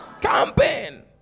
Campaign